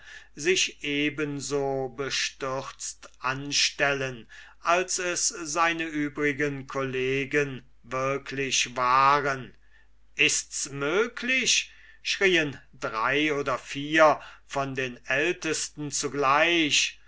sich eben so bestürzt anstellen als es seine übrigen collegen wirklich waren ists möglich schrieen drei oder vier von den ältesten zugleich